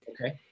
Okay